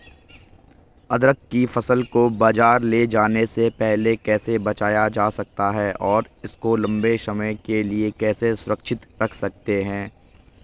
अदरक की फसल को बाज़ार ले जाने से पहले कैसे बचाया जा सकता है और इसको लंबे समय के लिए कैसे सुरक्षित रख सकते हैं?